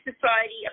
Society